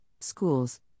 schools